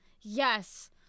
Yes